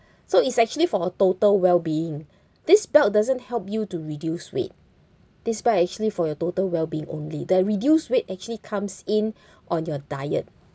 so it's actually for a total well being this belt doesn't help you to reduce weight this belt actually for your total well being only the reduce weight actually comes in on your diet